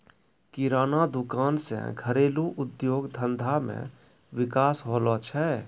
किराना दुकान से घरेलू उद्योग धंधा मे विकास होलो छै